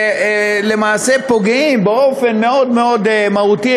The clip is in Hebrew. שלמעשה פוגעים באופן מאוד מאוד מהותי,